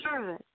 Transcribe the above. service